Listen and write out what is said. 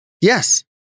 Yes